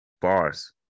Bars